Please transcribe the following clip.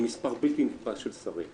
עם מספר בלתי נתפס של שרים.